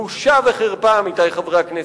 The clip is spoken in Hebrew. בושה וחרפה, עמיתי חברי הכנסת.